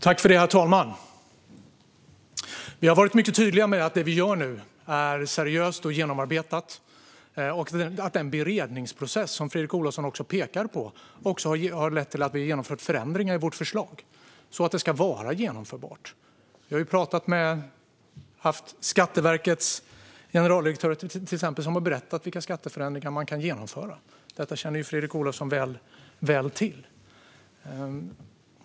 Herr talman! Vi har varit mycket tydliga med att det vi gör nu är seriöst och genomarbetat och att den beredningsprocess som Fredrik Olovsson pekar på har lett till att vi har genomfört förändringar i vårt förslag så att det ska vara genomförbart. Vi har till exempel talat med Skatteverkets generaldirektör, som har berättat vilka skatteförändringar man kan genomföra. Detta känner ju Fredrik Olovsson väl till.